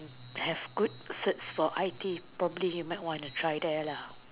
have good certs for I_T probably you might want to try there lah